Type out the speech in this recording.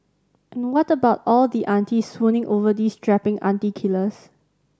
and what about all the aunties swooning over these strapping auntie killers